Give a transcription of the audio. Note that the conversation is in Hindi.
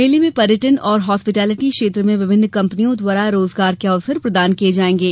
मेले में पर्यटन और हास्पिलिटी क्षेत्र में विभिन्न कंपनियों द्वारा रोजगार के अवसर प्रदान किये जायेंगे